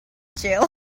jail